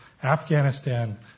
Afghanistan